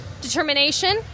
determination